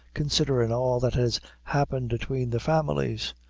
considerin' all that has happened atween the families.